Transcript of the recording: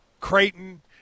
Creighton